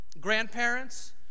grandparents